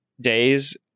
days